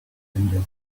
vendors